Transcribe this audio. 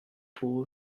pour